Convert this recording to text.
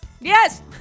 Yes